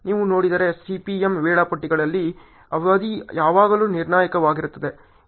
ನೀವು ನೋಡಿದರೆ CPM ವೇಳಾಪಟ್ಟಿಗಳಲ್ಲಿ ಅವಧಿ ಯಾವಾಗಲೂ ನಿರ್ಣಾಯಕವಾಗಿರುತ್ತದೆ